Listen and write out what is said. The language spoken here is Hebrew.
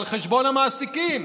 על חשבון המעסיקים.